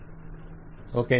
client okay